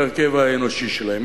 בהרכב האנושי שלהם.